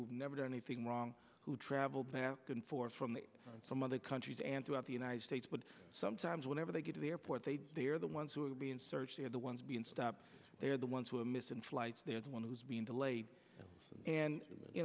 who never did anything wrong who traveled for from some other countries and throughout the united states but sometimes whenever they get to the airport they are the ones who are being searched they are the ones being stopped they're the ones who are missing flights there's one who's been delayed and you